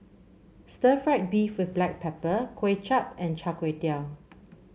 Stir Fried Beef with Black Pepper Kuay Chap and Char Kway Teow